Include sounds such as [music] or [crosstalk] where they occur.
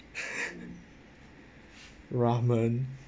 [laughs] ramen